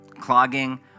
clogging